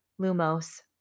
Lumos